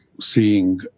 seeing